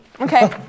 Okay